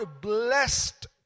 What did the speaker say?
blessed